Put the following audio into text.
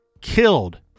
killed